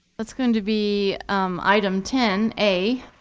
that's going to be item ten a.